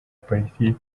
politiki